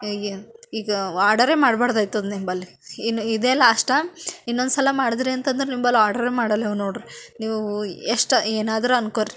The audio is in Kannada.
ಈಗ ಆರ್ಡರೆ ಮಾಡ್ಬಾರ್ದಾಗಿತ್ತು ಅದು ನಿಂಬಳಿ ಇನ್ನು ಇದೇ ಲಾಷ್ಟಾ ಇನ್ನೊಂದ್ಸಲ ಮಾಡಿದ್ರಿ ಅಂತದರೆ ನಿಂಬಳಿ ಆರ್ಡ್ರೇ ಮಾಡಲ್ಲೇವು ನೋಡಿರಿ ನೀವು ಎಷ್ಟು ಏನಾದರೂ ಅನ್ಕೊರಿ